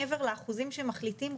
מעבר לאחוזים שמחליטים,